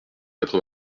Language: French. quatre